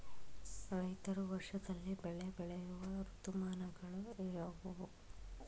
ರೈತರು ವರ್ಷದಲ್ಲಿ ಬೆಳೆ ಬೆಳೆಯುವ ಋತುಮಾನಗಳು ಯಾವುವು?